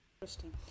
Interesting